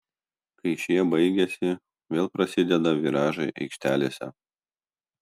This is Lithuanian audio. kai šie baigiasi vėl prasideda viražai aikštelėse